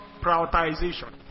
prioritization